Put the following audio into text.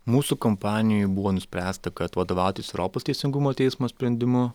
mūsų kompanijoj buvo nuspręsta kad vadovautis europos teisingumo teismo sprendimu